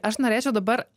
aš norėčiau dabar